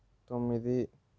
తొమ్మిది